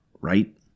right